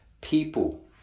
people